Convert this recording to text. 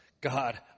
God